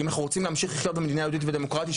אם אנחנו רוצים להמשיך לחיות במדינה יהודית ודמוקרטית,